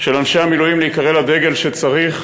של אנשי המילואים להיקרא לדגל כשצריך,